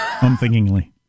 Unthinkingly